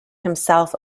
himself